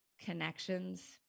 connections